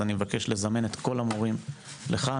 אני מבקש ממנהלת הוועדה לזמן ולקבוע דיון